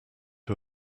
who